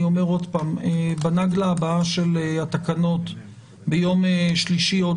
אני אומר שוב שבסיבוב הבא של התקנות ביום שלישי בעוד